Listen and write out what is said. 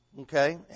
Okay